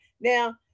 now